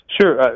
Sure